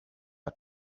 are